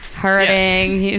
hurting